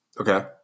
Okay